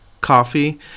coffee